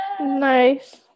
nice